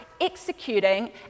executing